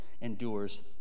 endures